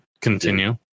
continue